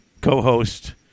co-host